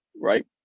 right